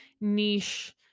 niche